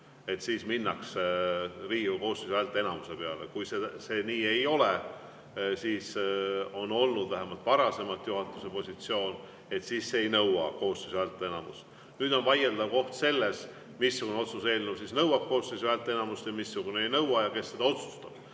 siis minnakse Riigikogu koosseisu häälteenamuse peale. Kui see nii ei ole, siis on olnud vähemalt varasemalt juhatuse positsioon, et see ei nõua koosseisu häälteenamust. Nüüd on vaieldav koht see, missugune otsuse eelnõu nõuab koosseisu häälteenamust ja missugune ei nõua ning kes seda otsustab.